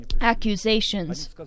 accusations